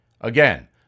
Again